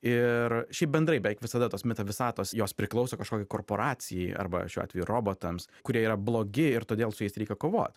ir šiaip bendrai beveik visada tos meta visatos jos priklauso kažkokiai korporacijai arba šiuo atveju robotams kurie yra blogi ir todėl su jais reikia kovot